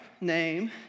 name